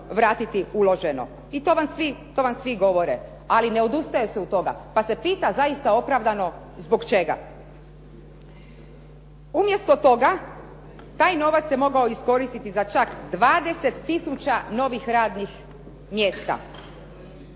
vratiti uloženo. I to vam svi govore. Ali ne odustaje se od toga. Pa se pita zaista opravdano, zbog čega? Umjesto toga taj novac se mogao iskoristiti čak za 20 tisuća novih radnih mjesta.